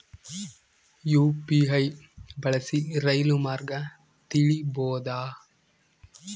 UPI ಬಳಸಿ ರೈಲು ಮಾರ್ಗ ತಿಳೇಬೋದ?